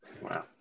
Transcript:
Wow